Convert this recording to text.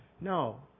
No